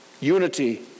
unity